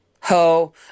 ho